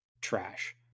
trash